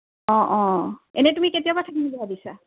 অঁ অঁ এনেই তুমি কেতিয়াৰ পৰা থাকিম বুলি ভাবিছা